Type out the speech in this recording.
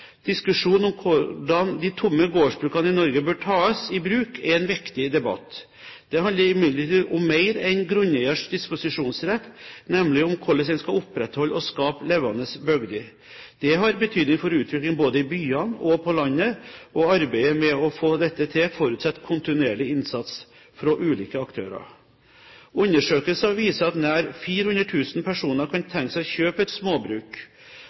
Diskusjonen om hvordan de tomme gårdsbrukene i Norge bør tas i bruk, er en viktig debatt. Det handler imidlertid om mer enn grunneiers disposisjonsrett, nemlig om hvordan en skal opprettholde og skape levende bygder. Det har betydning for utviklingen både i byene og på landet, og arbeidet med å få dette til forutsetter kontinuerlig innsats fra ulike aktører. Undersøkelser viser at nær 400 000 personer kan tenke seg å kjøpe et småbruk.